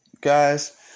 guys